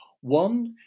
One